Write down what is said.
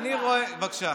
בבקשה.